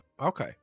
Okay